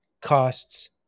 costs